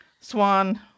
swan